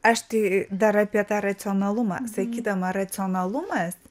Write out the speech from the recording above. aš tai dar apie tą racionalumą sakydama racionalumas